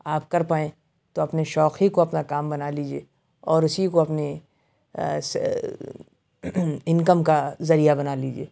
آپ کر پائیں تو اپنے شوق ہی کو اپنا کام بنا لیجیے اور اُسی کو اپنے انکم کا ذریعہ بنا لیجیے